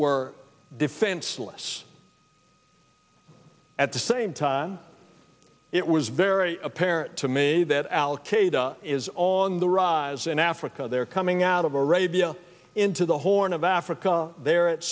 were defenseless at the same time it was very apparent to me that al qaeda is on the rise in africa they're coming out of a arabia into the horn of africa they're at